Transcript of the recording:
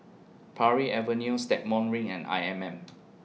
Parry Avenue Stagmont Ring and I M M